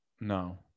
No